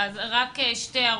שתי הערות.